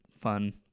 fun